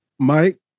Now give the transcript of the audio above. Mike